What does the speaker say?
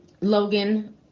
Logan